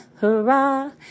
hurrah